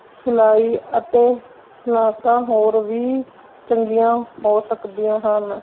ਸਿਲਾਈ ਅਤੇ ਸਨਾਤਾਂ ਹੋਰ ਵੀ ਚੰਗੀਆਂ ਹੋ ਸਕਦੀਆਂ ਹਨ